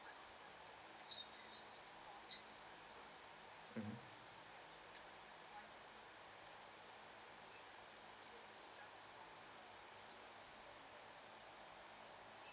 mmhmm